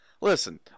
Listen